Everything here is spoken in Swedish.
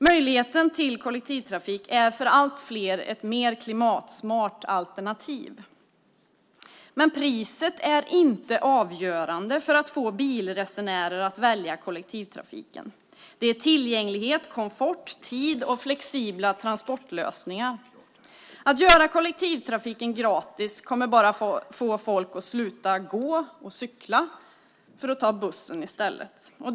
Möjligheten till kollektivtrafik är för allt fler ett mer klimatsmart alternativ. Priset är inte avgörande för att få bilresenärer att välja kollektivtrafiken. Det handlar om tillgänglighet, komfort, tid och flexibla transportlösningar. Att göra kollektivtrafiken gratis kommer bara att få folk att sluta gå och cykla för att i stället ta bussen.